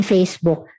Facebook